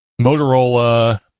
Motorola